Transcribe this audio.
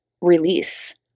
release